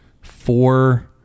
four